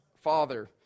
father